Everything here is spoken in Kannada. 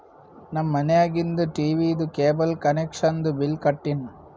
ನಮ್ ಮನ್ಯಾಗಿಂದ್ ಟೀವೀದು ಕೇಬಲ್ ಕನೆಕ್ಷನ್ದು ಬಿಲ್ ಕಟ್ಟಿನ್